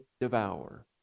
devour